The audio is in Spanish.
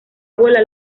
bola